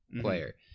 player